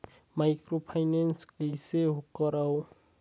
Microfinance कइसे करव?